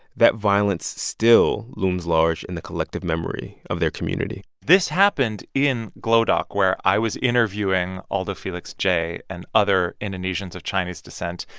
that violence still looms large in the collective memory of their community this happened in glodok, where i was interviewing alldo fellix j. and other indonesians of chinese descent.